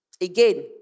Again